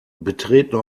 betreten